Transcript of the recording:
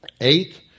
Eight